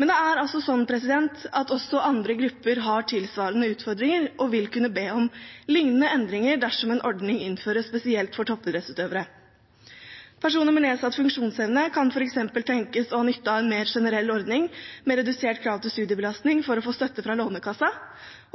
Men også andre grupper har tilsvarende utfordringer og vil kunne be om liknende endringer dersom en ordning innføres spesielt for toppidrettsutøvere. Personer med nedsatt funksjonsevne kan f.eks. tenkes å ha nytte av en mer generell ordning med redusert krav til studiebelastning for å få støtte fra Lånekassen,